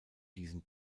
diesen